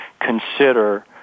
consider